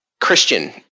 Christian